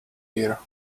year